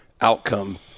outcome